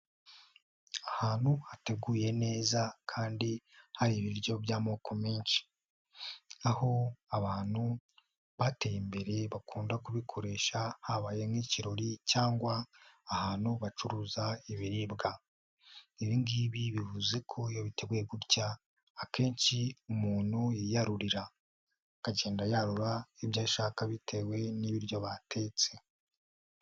Ahantu hateguye neza kandi hari ibiryo by'amoko menshi, aho abantu bateye imbere bakunda kubikoresha habaye nk'ikirori cyangwa ahantu bacuruza ibiribwa, ibi ngibi bivuze ko oyo biteguye gutya akenshi umuntu yiyarurira, akagenda yarura ibyo ashaka bitewe n'ibiryo batetse.